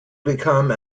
become